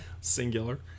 Singular